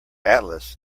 atlas